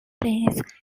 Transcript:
plays